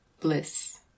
bliss